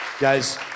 Guys